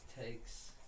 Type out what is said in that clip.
takes